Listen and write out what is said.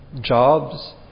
jobs